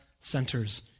centers